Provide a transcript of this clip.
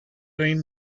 him